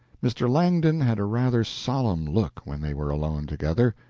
mr. langdon had a rather solemn look when they were alone together.